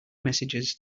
messages